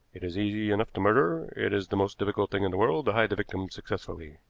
it is easy enough to murder it is the most difficult thing in the world to hide the victim successfully.